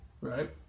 right